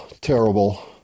terrible